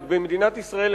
במדינת ישראל,